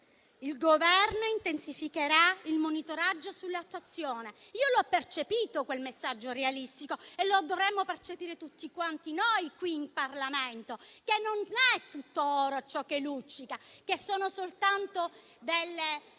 il Governo intensificherà il monitoraggio sull'attuazione. Io l'ho percepito quel messaggio realistico e lo dovremmo percepire tutti quanti noi qui in Parlamento che non è tutto oro ciò che luccica e che è soltanto